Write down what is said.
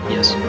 Yes